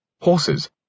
Horses